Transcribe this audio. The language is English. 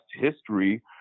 history